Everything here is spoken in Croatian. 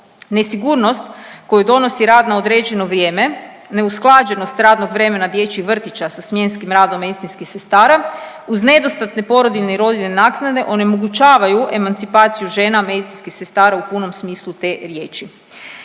Nesigurnost koju donosi rad na određeno vrijeme, neusklađenost radnog vremena dječjih vrtića sa smjenskim radom medicinskih sestara uz nedostatne porodiljnje i rodiljnje naknade onemogućavaju emancipaciju žena medicinskih sestara u punom smislu te riječi.